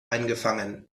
eingefangen